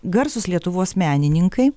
garsūs lietuvos menininkai